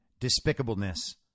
despicableness